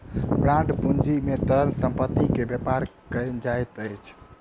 bond पूंजी में तरल संपत्ति के व्यापार कयल जाइत अछि